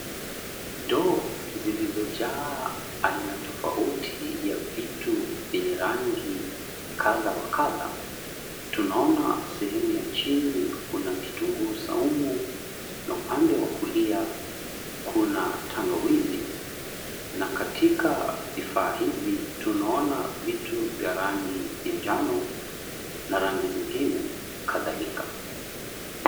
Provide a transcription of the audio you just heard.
Ndoo zilizojaa aina tofauti ya vitu vyenye rangi kadha wa kadha, tunaona sehemu ya chini kuna kitunguu saumu na upande wa kulia kuna tangawizi. Na katika vifaa hivi, tunaona vitu vya rangi ya njano na rangi zingine kadhalika.